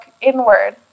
inward